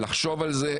לחשוב על זה,